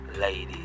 ladies